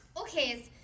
Okay